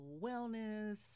wellness